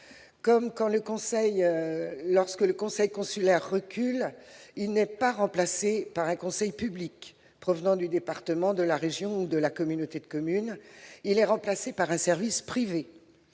effet, lorsque le conseil consulaire recule, il n'est pas remplacé par un conseil public provenant du département, de la région ou de la communauté de communes : il est remplacé par un service privé.